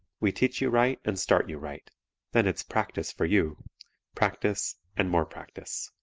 we teach you right and start you right then it's practice for you practice and more practice.